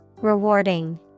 Rewarding